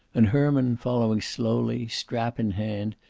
and herman, following slowly, strap in hand,